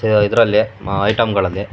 ಇದರಲ್ಲಿ ಮಾ ಐಟಮ್ಗಳಲ್ಲಿ